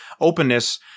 openness